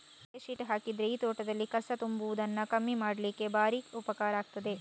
ಬಲೆ ಶೀಟ್ ಹಾಕಿದ್ರೆ ಈ ತೋಟದಲ್ಲಿ ಕಸ ತುಂಬುವುದನ್ನ ಕಮ್ಮಿ ಮಾಡ್ಲಿಕ್ಕೆ ಭಾರಿ ಉಪಕಾರ ಆಗ್ತದೆ